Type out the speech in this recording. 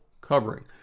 covering